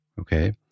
Okay